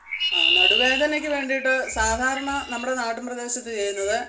ആ നടുവേദനയ്ക്ക് വേണ്ടിയിട്ട് സാധാരണ നമ്മുടെ നാട്ടിൻപ്രദേശത്ത് ചെയ്യുന്നത്